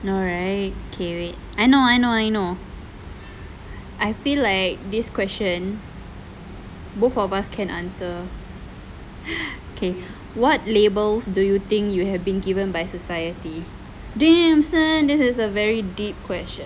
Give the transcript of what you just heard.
no right okay wait I know I know I know I feel like this question both of us can answer okay what labels do you think you have been given by society damn son this is a very deep question